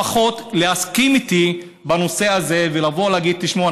לפחות להסכים איתי בנושא הזה ולבוא להגיד: תשמעו,